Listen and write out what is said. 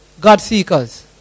God-seekers